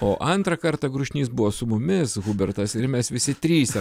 o antrą kartą grušnys buvo su mumis hubertas ir mes visi trise